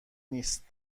نیست